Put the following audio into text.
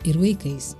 ir vaikais